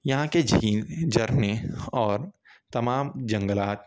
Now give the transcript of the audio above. یہاں کے جھیل جھرنیں اور تمام جنگلات